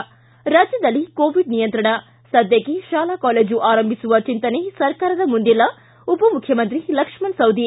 ಿ ರಾಜ್ಯದಲ್ಲಿ ಕೋವಿಡ್ ನಿಯಂತ್ರಣ ಸದ್ಯಕ್ಷೆ ಶಾಲಾ ಕಾಲೇಜು ಆರಂಭಿಸುವ ಚಿಂತನೆ ಸರ್ಕಾರದ ಮುಂದಿಲ್ಲ ಉಪಮುಖ್ಯಮಂತ್ರಿ ಲಕ್ಷ್ಮಣ ಸವದಿ